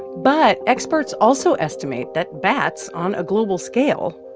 but experts also estimate that bats, on a global scale,